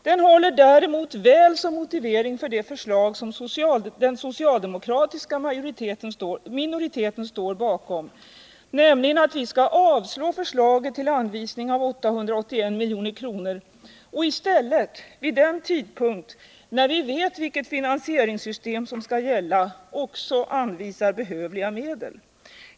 Den håller däremot väl som motivering för det förslag som den socialdemokratiska minoriteten står bakom, nämligen att vi skall avslå förslaget om anvisning av 881 milj.kr. och i stället vid den tidpunkt när vi vet vilket finansieringssystem som skall gälla anvisar behövliga medel.